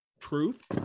truth